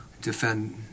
defend